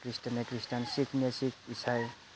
Christian ना Christian सिब ना सिब इसाई